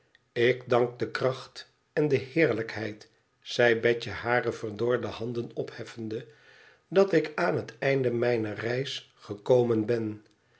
tik dank de kracht en de heerlijkheid zei betje hare verdorde handen opheffende tdat ik aan het einde mijner reis gekomen ben